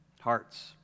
Hearts